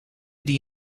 die